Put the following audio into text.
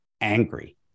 angry